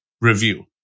review